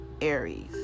Aries